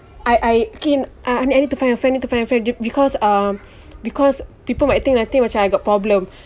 I I think uh I need to find I need to find a friend because uh because people might think nanti macam I got problem